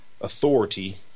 authority